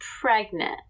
pregnant